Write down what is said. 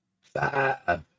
five